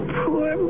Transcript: poor